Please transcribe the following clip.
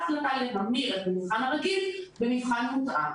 החלטה להמיר את המבחן הרגיל במבחן מותאם.